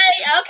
okay